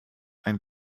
ein